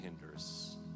hinders